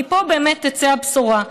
מפה באמת תצא הבשורה.